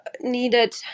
needed